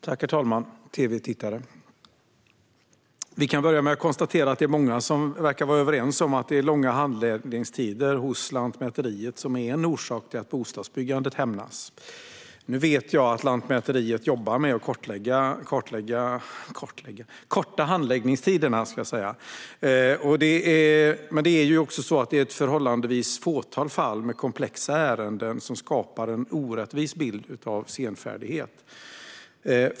Herr talman! Tv-tittare! Vi kan börja med att konstatera att många verkar vara överens om att de långa handläggningstiderna hos Lantmäteriet är en orsak till att bostadsbyggandet hämmas. Jag vet att Lantmäteriet jobbar med att korta handläggningstiderna. Men det är också ett förhållandevis litet antal fall av komplexa ärenden som skapar en orättvis bild av senfärdighet.